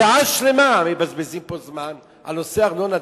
שעה שלמה מבזבזים פה זמן על נושא ארנונה,